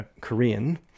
Korean